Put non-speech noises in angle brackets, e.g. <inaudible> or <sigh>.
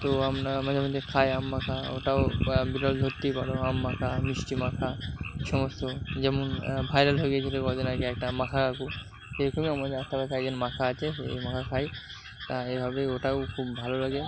তো আমরা মাঝে মাঝে খাই আম মাখা ওটাও বা বিরল ধরতেই পারো আম মাখা মিষ্টি মাখা সমস্ত যেমন ভাইরাল হয়ে গিয়েছিলো কয়েক দিন আগে একটা মাখা কাকু এই রকমই আমাদের <unintelligible> একজন মাখা আছে <unintelligible> মাখা খাই তাই হবে ওটাও খুব ভালো লাগে